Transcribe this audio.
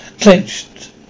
clenched